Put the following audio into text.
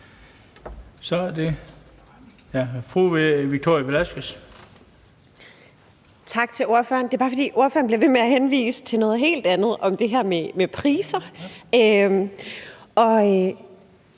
Velasquez. Kl. 18:46 Victoria Velasquez (EL): Tak til ordføreren. Det er bare, fordi ordføreren bliver ved med at henvise til noget helt andet i forhold til det her med priser. Og